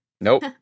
Nope